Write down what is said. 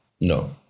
No